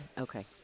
Okay